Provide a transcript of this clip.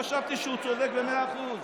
חשבתי שהוא צודק במאה אחוז.